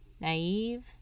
naive